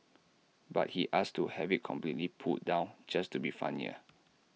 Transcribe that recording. but he asked to have IT completely pulled down just to be funnier